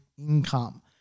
Income